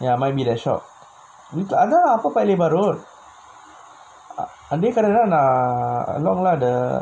ya might be the shop அதா அப்பா:athaa appa road அதே கடதாலா:athae kadathaalaa along lah the